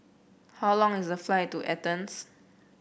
how long is the flight to Athens